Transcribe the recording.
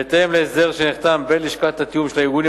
בהתאם להסדר שנחתם בין לשכת התיאום של הארגונים